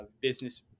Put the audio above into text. business